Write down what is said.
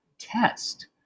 test